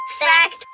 Fact